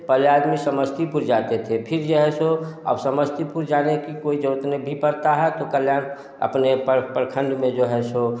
पहले आदमी समस्तीपुर जाते थे फिर यहाँ से अब समस्तीपुर जाने कि कोई जरूरत भी नहीं पड़ता है तो प्रखंड में है जो है सो